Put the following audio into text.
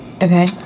Okay